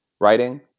writing